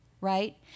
right